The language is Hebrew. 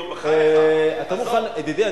ידידי,